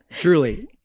Truly